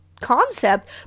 concept